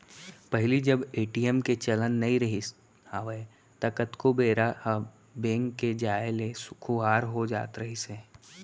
पहिली जब ए.टी.एम के चलन नइ रिहिस हवय ता कतको बेरा ह बेंक के जाय ले खुवार हो जात रहिस हे